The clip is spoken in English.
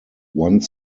one